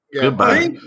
Goodbye